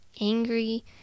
angry